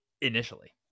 initially